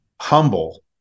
humble